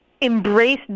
embrace